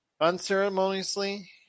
unceremoniously